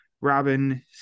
robin